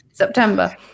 september